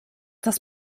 das